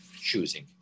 choosing